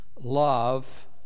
Love